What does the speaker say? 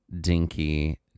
dinky